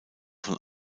von